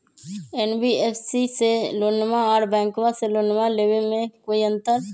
NBFC से लोनमा आर बैंकबा से लोनमा ले बे में कोइ अंतर?